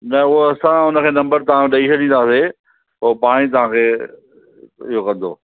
न उहो असां हुन खे नंबरु तव्हां जो ॾेई छॾींदासीं पोइ पाण ई तव्हां खे इहो कंदो